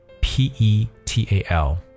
P-e-t-a-l